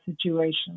situation